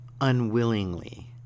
unwillingly